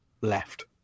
left